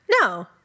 No